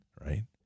right